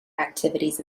activities